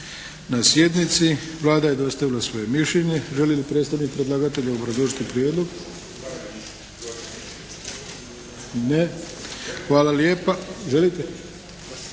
na sjednici. Vlada je dostavila svoje mišljenje. Želi li predstavnik predlagatelja obrazložiti prijedlog? Ne. Hvala lijepa. Želite?